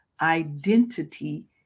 identity